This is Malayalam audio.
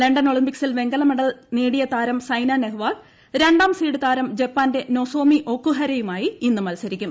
ലണ്ടൻ ഒളിമ്പിക്സിൽ വെങ്കലമെഡൽ നേടിയ താരം സൈനാ നെഹ്വാൾ രണ്ടാം സീഡ് താരം ജപ്പാന്റെ നൊസോമി ഒക്കുഹരയുമായി ഇന്ന് മത്സരിക്കും